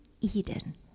Eden